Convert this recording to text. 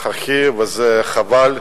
זה חבל.